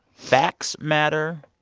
facts matter.